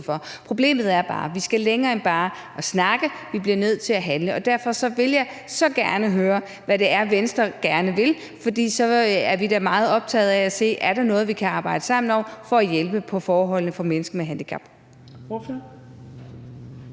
Problemet er bare, at vi skal længere end bare at snakke; vi bliver nødt til at handle. Derfor vil jeg så gerne høre, hvad det er, Venstre gerne vil, for så er vi da meget optaget af at se, om der er noget, vi kan arbejde sammen om for at hjælpe på forholdene for mennesker med handicap.